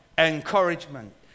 encouragement